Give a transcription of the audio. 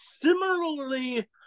similarly